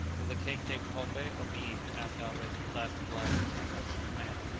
will the king take pombe or mead? asked alvez, at last obliged to take notice of the demand.